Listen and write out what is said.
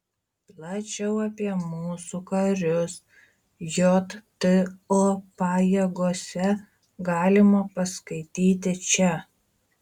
plačiau apie mūsų karius jto pajėgose galima paskaityti čia